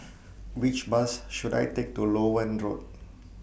Which Bus should I Take to Loewen Road